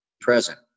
present